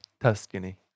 Tuscany